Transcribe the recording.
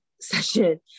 session